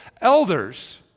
Elders